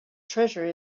treasure